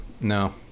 No